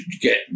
get